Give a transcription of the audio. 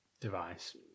device